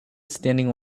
standing